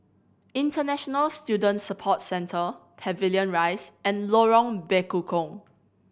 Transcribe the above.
International Student Support Centre Pavilion Rise and Lorong Bekukong